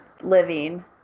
living